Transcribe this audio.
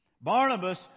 Barnabas